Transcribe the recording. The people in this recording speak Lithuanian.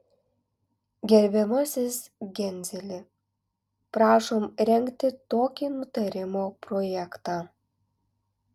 gerbiamasis genzeli prašom rengti tokį nutarimo projektą